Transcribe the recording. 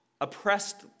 oppressed